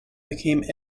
became